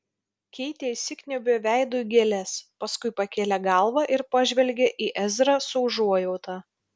keitė įsikniaubė veidu į gėles paskui pakėlė galvą ir pažvelgė į ezrą su užuojauta